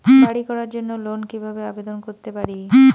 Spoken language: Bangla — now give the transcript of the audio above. বাড়ি করার জন্য লোন কিভাবে আবেদন করতে পারি?